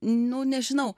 nu nežinau